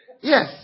yes